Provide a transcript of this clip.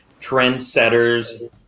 trendsetters